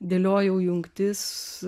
dėliojau jungtis